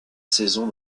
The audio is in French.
saison